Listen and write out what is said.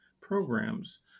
programs